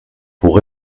pour